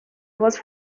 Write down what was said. voz